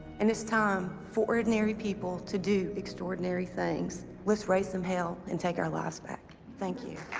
and it's time for ordinary people to do extraordinary things. let's raise some hell, and take our lives back. thank you.